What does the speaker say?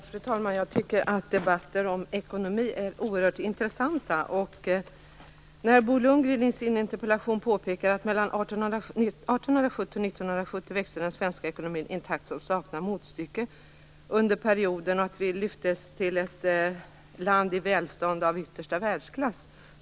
Fru talman! Jag tycker att debatter om ekonomi är oerhört intressanta. Bo Lundgren påpekar i sin interpellation att den svenska ekonomin växte i en takt som saknar motstycke mellan 1870 och 1970. Vi lyftes till ett land i välstånd av yttersta världsklass.